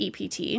EPT